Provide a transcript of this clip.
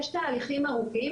יש תהליכים ארוכים.